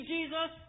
Jesus